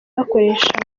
bakoresha